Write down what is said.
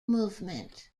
movement